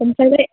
ओमफ्रायलाय